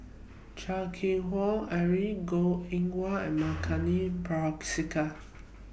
Chan Keng Howe Harry Goh Eng Wah and Milenko Prvacki